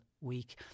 week